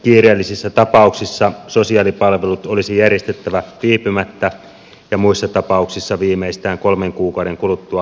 kiireellisissä tapauksissa sosiaalipalvelut olisi järjestettävä viipymättä ja muissa tapauksissa viimeistään kolmen kuukauden kuluttua päätöksenteosta